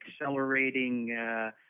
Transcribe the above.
accelerating